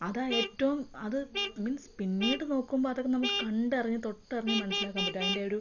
അതാ ഏറ്റവും അത് മീൻസ് പിന്നീട് നോക്കുമ്പോൾ അതൊക്കെ നമുക്ക് കണ്ടറിഞ്ഞു തൊട്ടറിഞ്ഞു മനസിലാക്കാൻ പറ്റും അതിൻ്റെ ഒരു